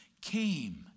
came